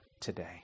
today